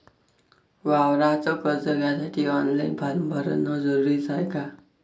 वावराच कर्ज घ्यासाठी ऑनलाईन फारम भरन जरुरीच हाय का?